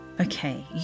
Okay